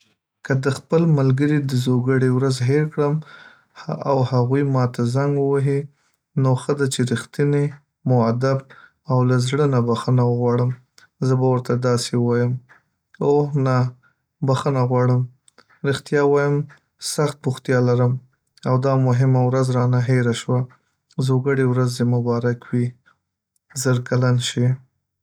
که د خپل ملګري د زوکړې ورځ هیر کړم او هغوي ماته زنګ ووهی، نو ښه ده چې رښتیني، مؤدب، او له زړه نه بښنه وغواړم زه به ورته داسي ووایم: اوه نه، بخښنه غواړم! ریښتیا ووایم، سخت بوختیا لرم او دا مهمه ورځ رانه هیره شوه. زوکړې ورځ دې مبارک وي! زر کلن شي.